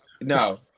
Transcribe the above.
no